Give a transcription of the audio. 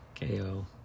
KO